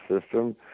system